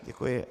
Děkuji.